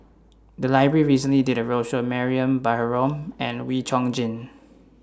The Library recently did A roadshow on Mariam Baharom and Wee Chong Jin